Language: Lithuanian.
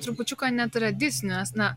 trupučiuką netradicinės na